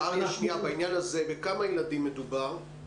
בעניין הזה בכמה ילדים מדובר?